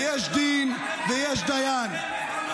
ויש דין ויש דיין.